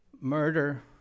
murder